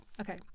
Okay